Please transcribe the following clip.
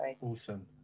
awesome